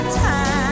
time